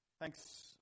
Thanks